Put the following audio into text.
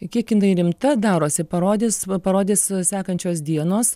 kiek jinai rimta darosi parodys parodys sekančios dienos